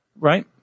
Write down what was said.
Right